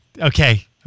Okay